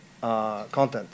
content